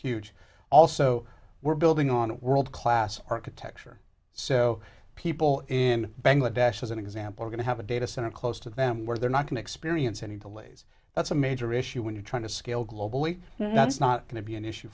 huge also we're building on world class architecture so people in bangladesh as an example are going to have a data center close to them where they're not going experience any delays that's a major issue when you're trying to scale globally that's not going to be an issue